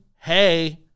hey